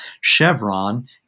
Chevron